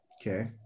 Okay